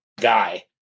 Guy